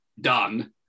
done